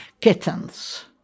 kittens